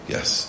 Yes